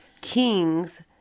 kings